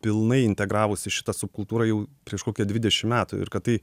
pilnai integravosi į šitą subkultūrą jau prieš kokią dvidešim metų ir kad tai